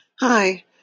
Hi